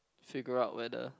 figure out whether